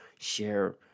share